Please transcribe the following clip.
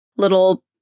little